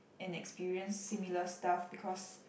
and experience similar stuff because